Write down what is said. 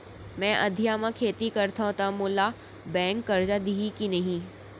मैं अधिया म खेती करथंव त मोला बैंक करजा दिही के नही?